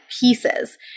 pieces